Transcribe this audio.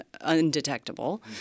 undetectable